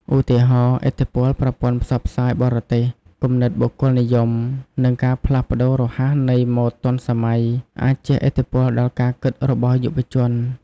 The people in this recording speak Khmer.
ឧទាហរណ៍ ឥទ្ធិពលប្រព័ន្ធផ្សព្វផ្សាយបរទេស គំនិតបុគ្គលនិយម និងការផ្លាស់ប្ដូររហ័សនៃម៉ូដទាន់សម័យ អាចជះឥទ្ធិពលដល់ការគិតរបស់យុវជន។